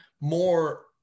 more